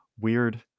weird